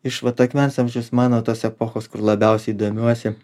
iš vat akmens amžiaus mano tos epochos kur labiausiai domiuosi